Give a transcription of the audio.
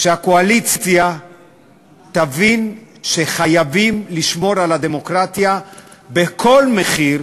שהקואליציה תבין שחייבים לשמור על הדמוקרטיה בכל מחיר,